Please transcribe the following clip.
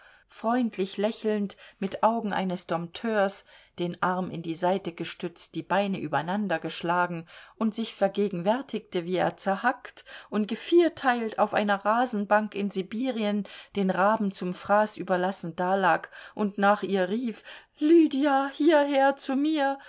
freundlich lächelnd mit augen eines dompteurs den arm in die seite gestützt die beine übereinander geschlagen und sich vergegenwärtigte wie er zerhackt und gevierteilt auf einer rasenbank in sibirien den raben zum fraß überlassen dalag und nach ihr rief lydia hierher zu mir